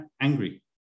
angry